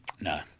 No